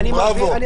בראבו.